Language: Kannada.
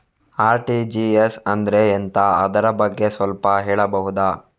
ಆರ್.ಟಿ.ಜಿ.ಎಸ್ ಅಂದ್ರೆ ಎಂತ ಅದರ ಬಗ್ಗೆ ಸ್ವಲ್ಪ ಹೇಳಬಹುದ?